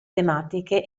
tematiche